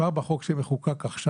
כבר בחוק שמחוקק עכשיו.